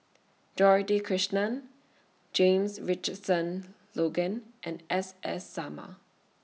Dorothy Krishnan James Richardson Logan and S S Sarma